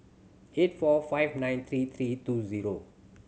eight four five nine three three two zero